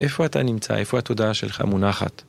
איפה אתה נמצא? איפה התודעה שלך מונחת?